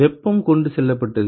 வெப்பம் கொண்டு செல்லப்பட்டது